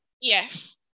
Yes